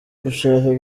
gushaka